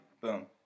Boom